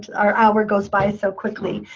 our hour goes by so quickly.